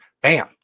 Bam